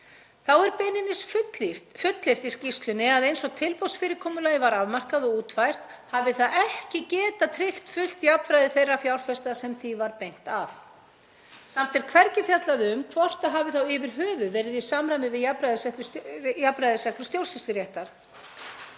Þá er beinlínis fullyrt í skýrslunni að eins og tilboðsfyrirkomulagið var afmarkað og útfært hafi það ekki getað tryggt fullt jafnræði þeirra fjárfesta sem því var beint að. Samt er hvergi fjallað um hvort það hafi yfir höfuð verið í samræmi við jafnræðisreglu stjórnsýsluréttar.